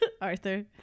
arthur